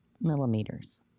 millimeters